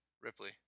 Ripley